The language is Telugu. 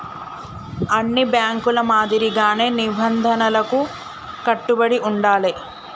అన్ని బ్యేంకుల మాదిరిగానే నిబంధనలకు కట్టుబడి ఉండాలే